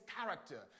character